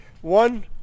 One